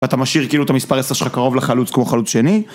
אתה משאיר כאילו את המספר 10 שלך קרוב לחלוץ כמו חלוץ שני?